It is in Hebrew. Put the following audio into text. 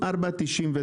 4.99 שקלים.